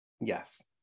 yes